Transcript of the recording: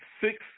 six